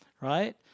right